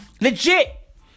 Legit